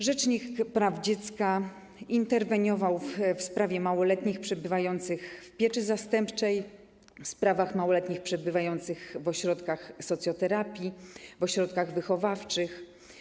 Rzecznik praw dziecka interweniował w sprawie małoletnich przebywających w pieczy zastępczej, w sprawach małoletnich przebywających w ośrodkach socjoterapii, w ośrodkach wychowawczych.